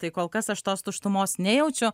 tai kol kas aš tos tuštumos nejaučiu